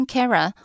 Kara